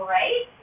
right